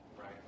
right